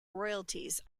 royalties